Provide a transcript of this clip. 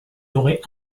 aurait